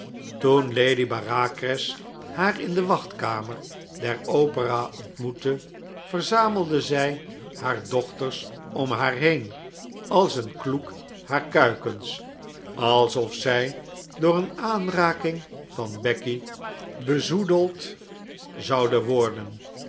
toen lady bareacres haar in de wachtkamer der opera ontmoette verzamelde zij haar dochters om haar heen als een kloek haar kuikens alsof zij door een aanraking van becky bezoedeld zouden worden